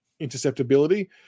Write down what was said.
interceptability